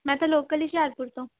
ਮੈਂ ਤਾਂ ਲੋਕਲ ਹੀ ਹੁਸ਼ਿਆਰਪੁਰ ਤੋਂ